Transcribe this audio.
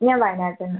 ഞാൻ വയനാട്ടിൽ നിന്ന്